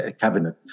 cabinet